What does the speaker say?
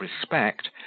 respect